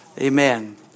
Amen